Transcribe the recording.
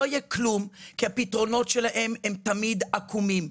לא יהיה כלום, כי הפתרונות שלהם הם תמיד עקומים.